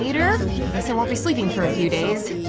and so won't be sleeping for a few days.